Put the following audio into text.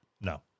No